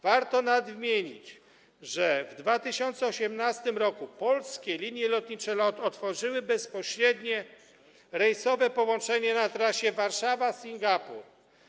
Warto nadmienić, że w 2018 r. Polskie Linie Lotnicze LOT otworzyły bezpośrednie rejsowe połączenie na trasie Warszawa - Singapur.